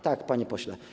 Tak, panie pośle.